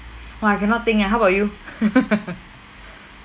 !wah! I cannot think ah how about you